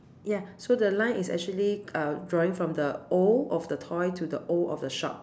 ya so the line is actually uh drawing from the O of the toy to the O of the shop